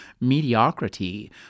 mediocrity